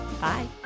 bye